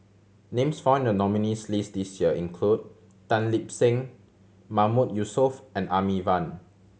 names found in the nominees' list this year include Tan Lip Seng Mahmood Yusof and Amy Van